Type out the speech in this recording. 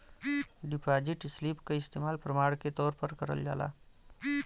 deposit slip क इस्तेमाल प्रमाण के तौर पर करल जाला